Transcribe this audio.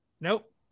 nope